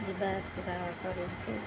ଯିବା ଆସିବା କରନ୍ତି ଆଉ